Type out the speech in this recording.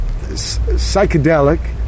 psychedelic